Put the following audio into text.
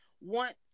want